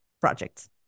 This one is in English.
projects